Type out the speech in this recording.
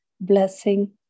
blessing